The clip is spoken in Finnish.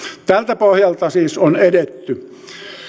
tältä pohjalta siis on edetty